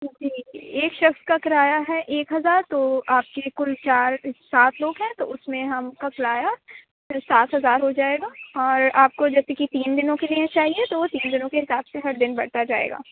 جی جی ایک شخص کا کرایہ ہے ایک ہزار تو آپ کے کُل چار سات لوگ ہیں تو اُس میں ہم آپ کا کرایہ پھر سات ہزار ہو جائے گا اور آپ کو جیسے کہ تین دِنوں کے لیے چاہیے تو وہ تین دِنوں کے حساب سے ہر دِن بڑھتا جائے گا